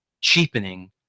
cheapening